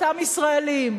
אותם ישראלים,